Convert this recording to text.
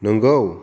नोंगौ